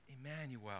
Emmanuel